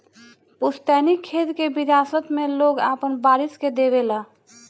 पुस्तैनी खेत के विरासत मे लोग आपन वारिस के देवे ला